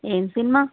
ఏమి సినిమా